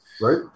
Right